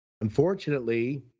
Unfortunately